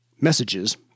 Messages